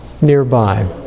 nearby